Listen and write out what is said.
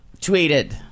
tweeted